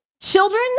children